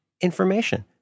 information